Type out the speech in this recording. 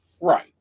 Right